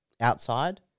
outside